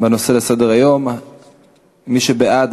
מי שבעד,